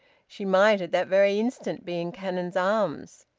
she might at that very instant be in cannon's arms.